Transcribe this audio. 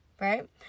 Right